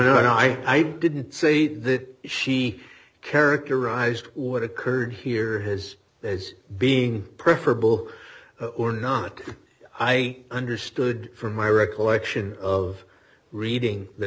know i didn't say that she characterized what occurred here his is being preferable or not i understood from my recollection of reading the